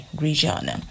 region